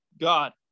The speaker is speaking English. God